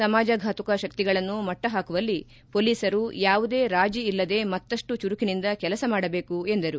ಸಮಾಜಭಾತಕ ಶಕ್ತಿಗಳನ್ನು ಮಟ್ಟಹಾಕುವಲ್ಲಿ ಮೊಲೀಸರು ಯಾವುದೇ ರಾಜಿ ಇಲ್ಲದೇ ಮತ್ತಷ್ಟು ಚುರುಕಿನಿಂದ ಕೆಲಸ ಮಾಡಬೇಕು ಎಂದರು